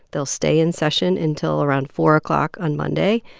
they'll stay in session until around four o'clock on monday.